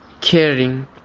caring